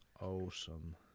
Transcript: awesome